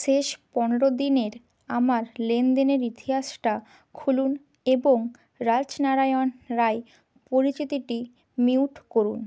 শেষ পনেরো দিনের আমার লেনদেনের ইতিহাসটা খুলুন এবং রাজনারায়ণ রায় পরিচিতিটি মিউট করুন